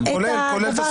כולל.